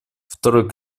второй